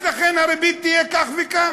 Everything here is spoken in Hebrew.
אז לכן הריבית תהיה כך וכך.